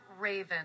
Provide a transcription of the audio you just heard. Raven